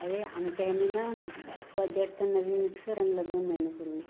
अरे आमच्या ह्यांनी ना बजाजचा नवीन मिक्सर आणला दोन महिन्यापूर्वी